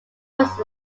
was